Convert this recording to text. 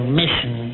mission